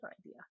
idea